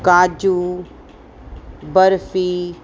काजू बर्फी